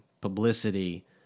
publicity